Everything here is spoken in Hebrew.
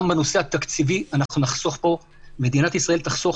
גם בנושא התקציבי מדינת ישראל תחסוך